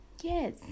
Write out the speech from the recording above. yes